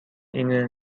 اینه